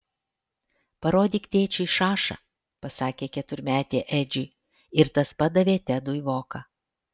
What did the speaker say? parodyk tėčiui šašą pasakė keturmetė edžiui ir tas padavė tedui voką